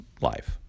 life